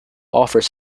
offers